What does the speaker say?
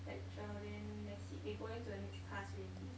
lecture then that's it they going to the next class already